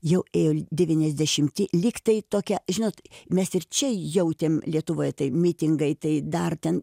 jau ėjo į devyniasdešimtį lyg tai tokia žinot mes ir čia jautėm lietuvoje tai mitingai tai dar ten